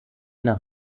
nach